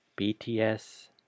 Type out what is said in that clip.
BTS